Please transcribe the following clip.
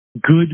good